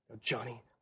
Johnny